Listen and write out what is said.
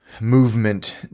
movement